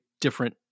different